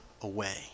away